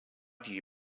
view